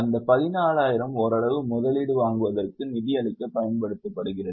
அந்த 14000 ஓரளவு முதலீடு வாங்குவதற்கு நிதியளிக்க பயன்படுத்தப்படுகிறது